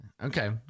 Okay